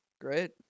Great